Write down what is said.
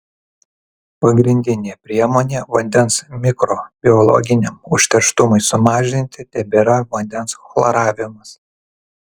pagrindinė priemonė vandens mikrobiologiniam užterštumui sumažinti tebėra vandens chloravimas